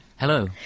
Hello